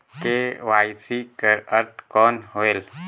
KYC कर अर्थ कौन होएल?